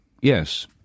Yes